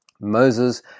Moses